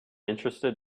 interested